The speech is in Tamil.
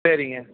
சரிங்க